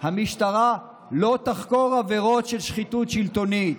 המשטרה לא תחקור עבירות של שחיתות שלטונית,